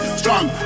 strong